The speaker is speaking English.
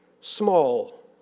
small